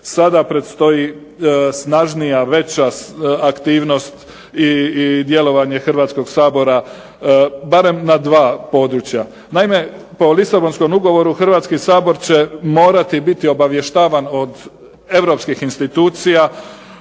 sada predstoji snažnija, veća aktivnost i djelovanje Hrvatskog sabora barem na 2 područja. Naime, po Lisabonskom ugovoru Hrvatski sabor će morati biti obavještavan od europskih institucija